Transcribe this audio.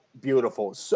beautiful